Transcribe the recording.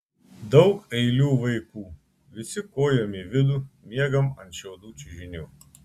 daug eilių vaikų visi kojom į vidų miegam ant šiaudų čiužinių